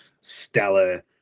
stellar